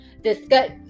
discuss